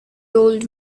old